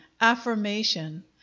affirmation